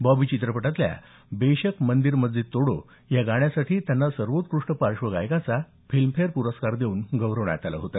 बॉबी चित्रपटातल्या बेशक मंदीर मस्जिद तोडो या गाण्यासाठी त्यांना सर्वोत्कृष्ट पार्श्वगायकाचा फिल्मफेअर प्रस्कार देऊनं गौरवण्यात आलं होतं